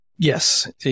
Yes